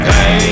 Hey